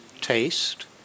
taste